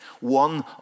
one